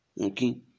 okay